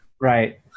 Right